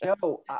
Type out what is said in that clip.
Joe